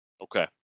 Okay